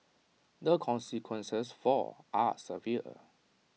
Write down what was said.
the consequences for are severe